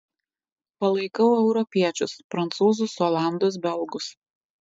palaikau europiečius prancūzus olandus belgus